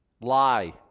lie